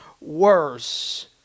worse